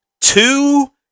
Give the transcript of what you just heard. Two